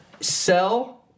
Sell